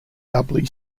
doubly